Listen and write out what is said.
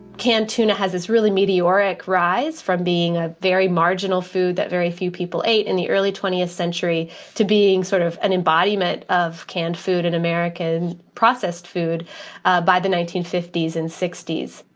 cantona has this really meteoric rise from being a very marginal food that very few people ate in the early twentieth century to being sort of an embodiment of canned food and american processed food by the nineteen fifty s and sixty s,